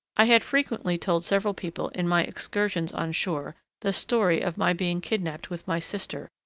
i had frequently told several people, in my excursions on shore, the story of my being kidnapped with my sister,